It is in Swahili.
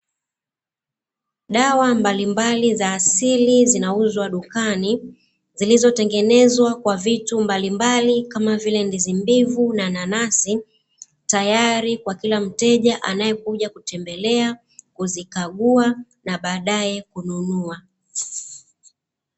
Dawa mbalimbali za asili zinauzwa dukani zilizotengenezwa kwa vitu mbalimbali kama vile ndizi mbivu na nanasi tayari kwa kila mteja anayekuja kutembelea kuzikagua na baadae kununua.